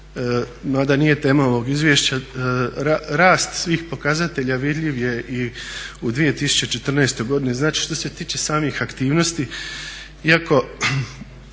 mada nije tema ovog izvješća, rast svih pokazatelja vidljiv je i u 2014. godini, znači što se tiče samih aktivnosti